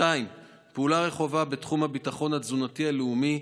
2. פעולה רחבה בתחום הביטחון התזונתי הלאומי.